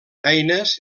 eines